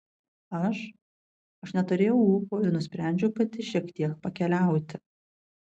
aš aš neturėjau ūpo ir nusprendžiau pati šiek tiek pakeliauti